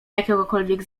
jakiegokolwiek